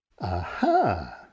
Aha